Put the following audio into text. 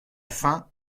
fin